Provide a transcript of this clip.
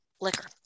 liquor